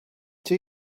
two